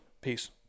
Peace